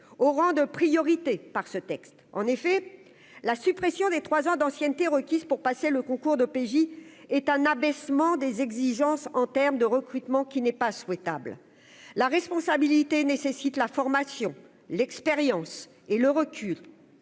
au rang de priorité par ce texte, en effet, la suppression des 3 ans d'ancienneté requise pour passer le concours d'OPJ est un abaissement des exigences en terme de recrutement qui n'est pas souhaitable la responsabilité nécessite la formation, l'expérience et le recul